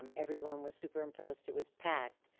um everyone was super impressed. it was packed.